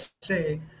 say